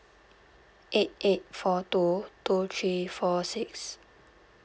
eight eight four two two three four six